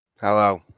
Hello